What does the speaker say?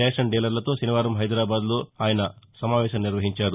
ration డీలర్షతో శనివారం హైదరాబాద్ లో ఆయన సమావేశం నిర్వహించారు